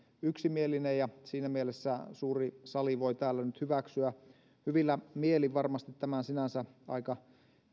yksimielinen ja siinä mielessä suuri sali voi täällä nyt hyväksyä varmasti hyvillä mielin tämän sinänsä aika